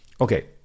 okay